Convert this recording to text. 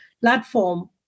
platform